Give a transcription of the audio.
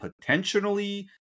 potentially